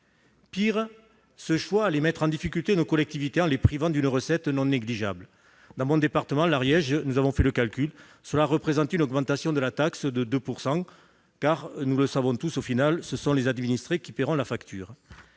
Pis, ce choix allait mettre en difficulté nos collectivités en les privant d'une recette non négligeable. Dans mon département, l'Ariège, nous avons fait le calcul : cela représentait une augmentation de la taxe de 2 %. Car, nous le savons tous, au final, ce sont les administrés qui paieront la facture.